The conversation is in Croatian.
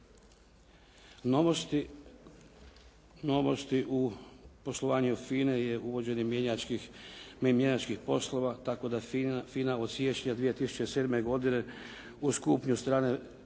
Novosti u poslovanju FINA-e je uvođenje mjenjačkih poslova tako da FINA od siječnja 2007. godine uz kupnju strane